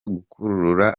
gukurura